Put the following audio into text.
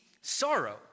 sorrow